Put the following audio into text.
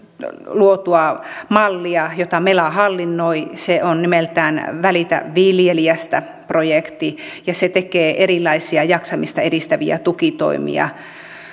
luotua mallia jota mela hallinnoi se on nimeltään välitä viljelijästä projekti ja se tekee erilaisia jaksamista edistäviä tukitoimia